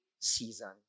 season